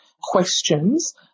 questions